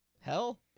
Hell